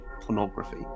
pornography